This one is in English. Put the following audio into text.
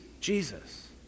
Jesus